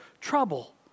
trouble